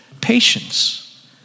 patience